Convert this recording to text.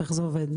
איך זה עובד?